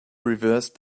reversed